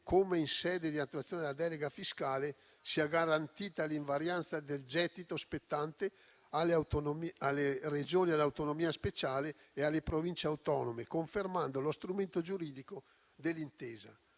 come, in sede di attuazione della delega fiscale, sia garantita l'invarianza del gettito spettante alle Regioni ad autonomia speciale e alle Province autonome, confermando lo strumento giuridico dell'intesa.